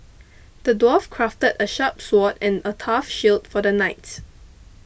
the dwarf crafted a sharp sword and a tough shield for the knights